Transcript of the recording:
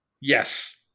Yes